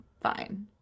fine